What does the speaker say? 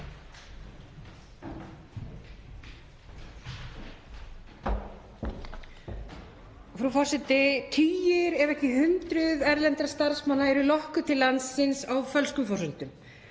Frú forseti. Tugir ef ekki hundruð erlendra starfsmanna eru lokkuð til landsins á fölskum forsendum,